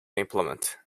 implement